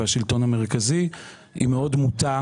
שמי שפועל להרחבת היצע הדיור,